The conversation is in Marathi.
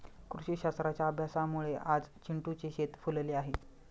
कृषीशास्त्राच्या अभ्यासामुळे आज चिंटूचे शेत फुलले आहे